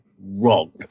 wrong